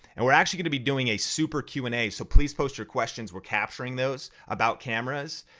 and we're actually gonna be doing a super q and a so please post your questions, we're capturing those about cameras,